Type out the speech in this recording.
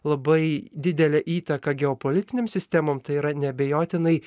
labai didelę įtaką geopolitinėm sistemom tai yra neabejotinai